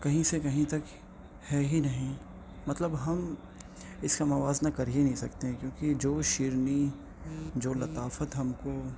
کہیں سے کہیں تک ہے ہی نہیں مطلب ہم اس کا موازنہ کر ہی نہیں سکتے کیونکہ جو شیرنی جو لطافت ہم کو